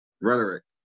rhetoric